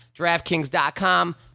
DraftKings.com